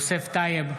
אינו נוכח יוסף טייב,